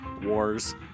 Wars